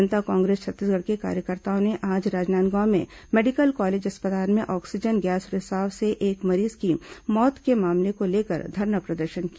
जनता कांग्रेस छत्तीसगढ़ के कार्यकर्ताओं ने आज राजनांदगांव में मेडिकल कॉलेज अस्पताल में ऑक्सीजन गैस रिसाव से एक मरीज की मौत के मामले को लेकर धरना प्रदर्शन किया